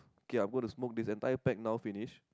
okay I'm going to smoke this entire pack now finish